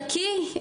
הוא יקיא,